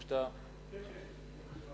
כן, כן.